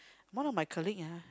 one of my colleague !huh!